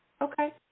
Okay